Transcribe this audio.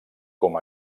com